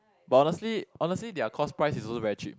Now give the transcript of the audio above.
but honestly honestly their cost price is also very cheap